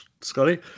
Scotty